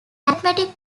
arithmetic